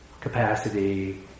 capacity